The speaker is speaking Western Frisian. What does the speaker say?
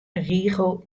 rigel